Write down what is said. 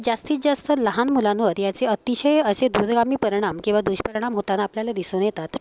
जास्तीत जास्त लहान मुलांवर याचे अतिशय असे दूरगामी परिणाम किंवा दुष्परिणाम होताना आपल्याला दिसून येतात